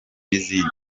n’izindi